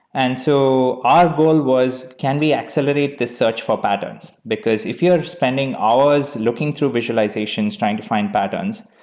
and so our goal was can we accelerate this search for patterns? because if you're spending hours looking through visualizations trying to find patterns,